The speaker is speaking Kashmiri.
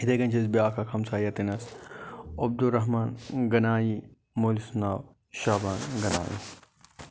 یِتھَے کَنۍ چھِ اَسہِ بیٛاکھ اَکھ ہَمساے ییٚتہٕ نَس عبدل رحمٰن غنایی مٲلۍ چھُس ناو شابان غنایی